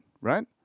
right